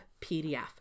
PDF